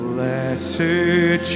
Blessed